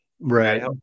Right